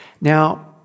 Now